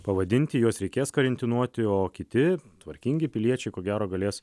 pavadinti juos reikės karantinuoti o kiti tvarkingi piliečiai ko gero galės